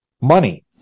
money